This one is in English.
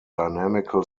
dynamical